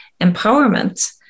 empowerment